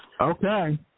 Okay